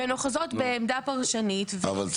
והן אוחזות בעמדה פרשנית --- אבל,